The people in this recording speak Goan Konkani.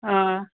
आं